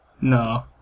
No